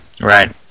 right